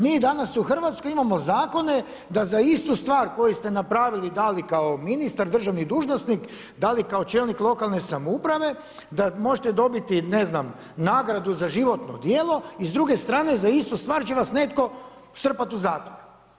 Mi danas u Hrvatskoj imamo zakone da za istu stvar koju ste napravili, da li kao ministar, državni dužnosnik, da li kao čelnik lokalne samouprave, da možete dobiti ne znam nagradu za životno djelo i s druge strane za istu stvar će vas netko strpati u zatvor.